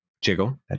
Jiggle